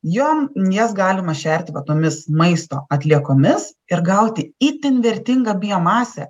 jom jas galima šerti va tomis maisto atliekomis ir gauti itin vertingą biomasę